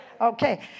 Okay